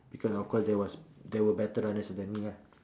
because of course there was there were better runners than me lah